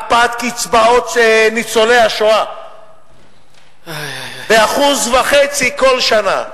הקפאת קצבאות ניצולי השואה ב-1.5% כל שנה,